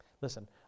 Listen